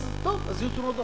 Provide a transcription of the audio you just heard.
אז טוב, אז יהיו תאונות דרכים.